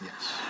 Yes